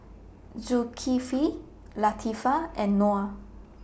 Zulkifli Latifa and Noh